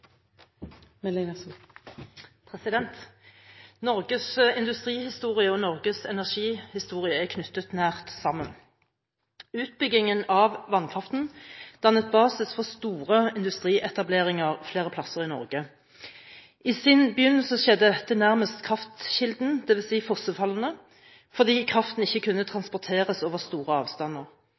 knyttet nært sammen. Utbygging av vannkraften dannet basis for store industrietableringer flere steder i Norge. I sin begynnelse skjedde dette nærmest kraftkilden, dvs. fossefallene, fordi kraften ikke kunne transporteres over store avstander.